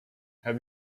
have